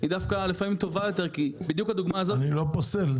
היא דווקא טובה יותר לפעמים -- אני לא פוסל,